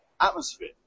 atmosphere